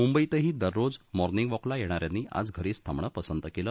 मुंबईतही दररोज मॉर्निगं वॉकला येणाऱ्यांनी आज घरीच थाबणं पसंत केलं